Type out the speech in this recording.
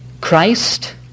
Christ